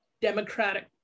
democratic